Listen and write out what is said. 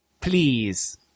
Please